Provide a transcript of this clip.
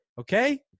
okay